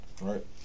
Right